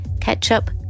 ketchup